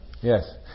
Yes